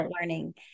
learning